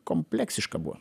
kompleksiška buvo